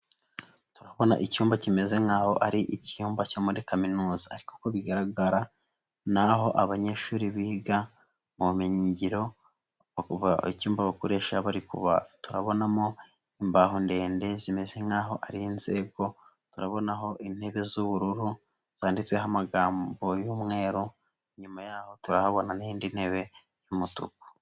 Uurabona icyumba kimeze nk'aho ari icyumba cyo muri kaminuza ariko kuko bigaragara n'aho abanyeshuri biga, ubumenyi ngiro, icyumba bakoresha bari kubaza, turabonamo imbaho ndende zimeze nk'aho ari inzego, turabonaho intebe z'ubururu, zanditseho amagambo y'umweru, inyuma yaho turahabona n'indi ntebe y'umutuku.